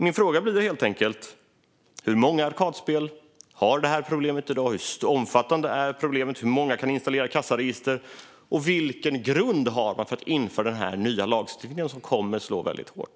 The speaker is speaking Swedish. Mina frågor blir helt enkelt: Hur omfattande är problemet i dag, och hur många kan installera kassaregister? Vilken grund har man för att införa denna nya lagstiftning, som kommer att slå väldigt hårt?